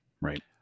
right